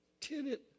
tenant